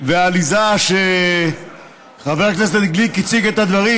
והעליזה שבה חבר הכנסת גליק הציג את הדברים,